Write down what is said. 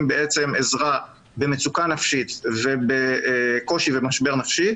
בעצם עזרה במצוקה נפשית ובקושי ובמשבר נפשי,